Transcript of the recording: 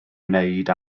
wneud